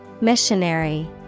Missionary